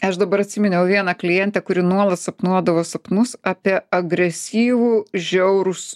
aš dabar atsiminiau vieną klientę kuri nuolat sapnuodavo sapnus apie agresyvų žiaurūs